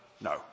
No